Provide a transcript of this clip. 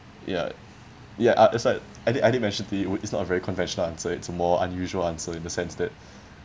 ya ya it's like I I did mention to you it would it's not a very conventional answer it's a more unusual answer in the sense that